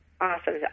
Awesome